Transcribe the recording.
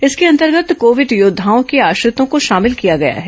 इसके अंतर्गत कोविड योद्धाओं के आश्रितों को शामिल किया गया है